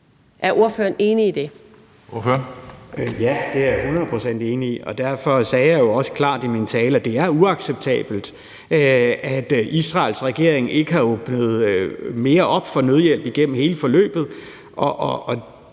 Aastrup Jensen (V): Ja, det er jeg hundrede procent enig i, og derfor sagde jeg jo også klart i min tale, at det er uacceptabelt, at Israels regering ikke har åbnet mere op for nødhjælp igennem hele forløbet.